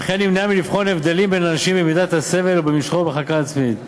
וכן נמנעה מלבחון הבדלים בין אנשים במידת הסבל ובמשכו בחקיקה עצמאית,